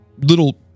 little